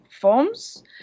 forms